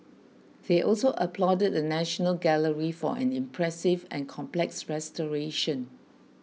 they also applauded the National Gallery for an impressive and complex restoration